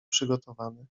przygotowany